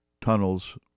tunnels